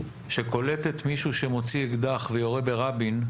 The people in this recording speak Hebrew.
שקולטת מישהו שמוציא אקדח ויורה ברבין,